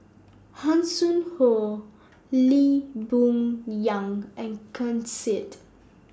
Hanson Ho Lee Boon Yang and Ken Seet